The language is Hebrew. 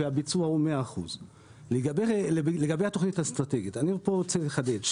והביצוע הוא 100%. אני רוצה לחדד,